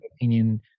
opinion